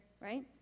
right